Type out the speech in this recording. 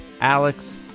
alex